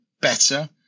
better